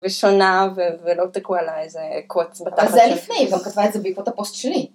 ושונה ולא תקוע לה איזה קוץ בתחת. אבל זה היה לפני והוא כתב על זה בעקבות הפוסט שלי.